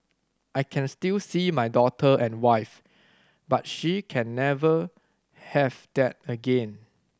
I can still see my daughter and wife but she can never have that again